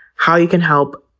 how you can help,